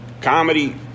comedy